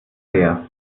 leer